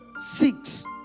Six